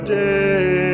day